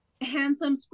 Handsome